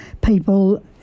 people